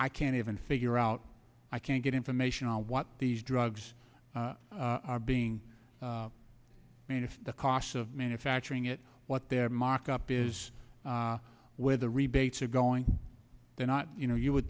i can't even figure out i can't get information on what these drugs are being made if the costs of manufacturing it what their markup is where the rebates are going they're not you know you would